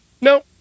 No